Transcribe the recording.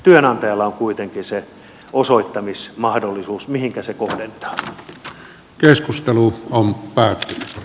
työnantajalla on kuitenkin se osoittamismahdollisuus mihinkä se kohdentaa